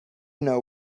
know